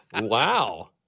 Wow